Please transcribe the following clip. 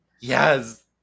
yes